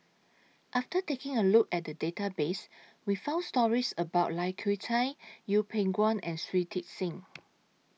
after taking A Look At The Database We found stories about Lai Kew Chai Yeng Pway Ngon and Shui Tit Sing